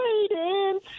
waiting